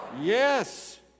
Yes